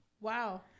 Wow